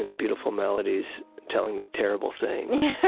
and beautiful melodies telling me terrible things.